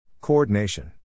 coordination